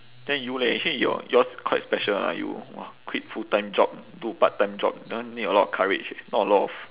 then you leh actually your yours quite special ah you !wah! quit full time job do part time job that one need a lot of courage eh not a lot of